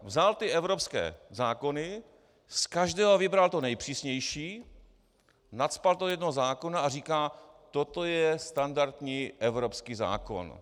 Vzal ty evropské zákony, z každého vybral to nejpřísnější, nacpal to do jednoho zákona a říká: Toto je standardní evropský zákon.